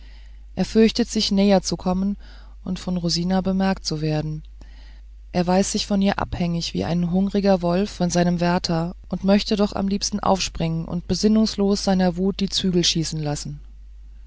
er fürchtet sich näher zu kommen und von rosina bemerkt zu werden er weiß sich von ihr abhängig wie ein hungriger wolf von seinem wärter und möchte doch am liebsten aufspringen und besinnungslos seiner wut die zügel schießen lassen